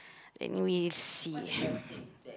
anyway let's see